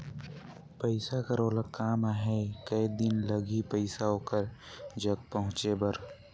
पइसा कर ओला काम आहे कये दिन लगही पइसा ओकर जग पहुंचे बर?